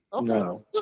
No